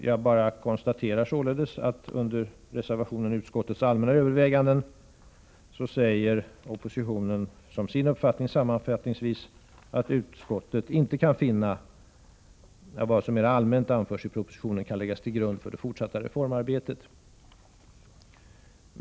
Jag konstaterar således att under reservationen Utskottets allmänna överväganden uttalar oppositionen som sin uppfattning sammanfattningsvis, att utskottet inte kan finna att vad som mera allmänt anförs i propositionen kan läggas till grund för det fortsatta reformarbetet.